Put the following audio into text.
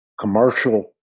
commercial